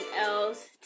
else